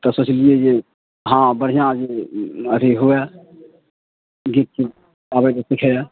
तऽ सोचलिये जे हँ बढ़िआँ जे अथि हुए गीत आबैके सीखै यऽ